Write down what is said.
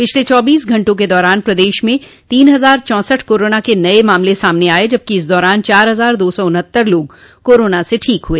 पिछले चौबीस घंटों के दौरान प्रदेश में तीन हजार चौसठ कोरोना के नये मामले सामने आये जबकि इस दौरान चार हजार दो सौ उन्हत्तर लोग कोरोना से ठीक हुए